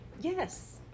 Yes